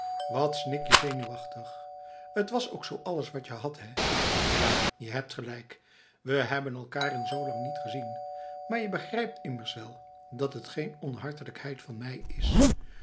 wat snik je zenuwachtig t was ook zoo alles wat je hadt hé ja je hebt gelijk wij hebben elkaar in zoolang niet gezien maar je begrijpt immers wel dat t geen onhartelijkheid van mij is